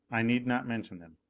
i need not mention them.